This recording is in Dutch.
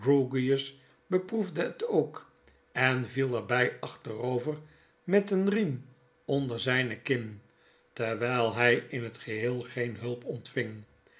beproefde het ook en viel er by achterover met een riem onder zpe kin wyl hy in het geheel geen hulp ontving